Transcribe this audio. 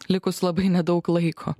likus labai nedaug laiko